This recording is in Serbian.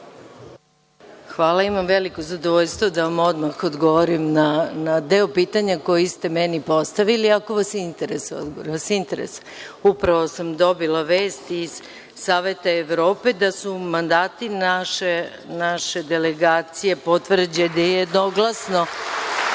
Hvala. Imam veliko zadovoljstvo da vam odmah odgovorim na deo pitanja koji ste meni postavili, ako vas interesuje odgovor. Upravo sam dobila vest iz Saveta Evrope da su mandati naše delegacije potvrđeni jednoglasno